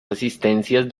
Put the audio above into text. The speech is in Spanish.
asistencias